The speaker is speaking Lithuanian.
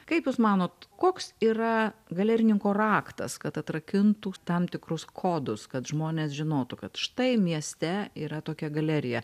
kaip jūs manot koks yra galerininko raktas kad atrakintų tam tikrus kodus kad žmonės žinotų kad štai mieste yra tokia galerija